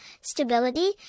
stability